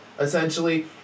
essentially